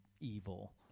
evil